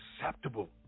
acceptable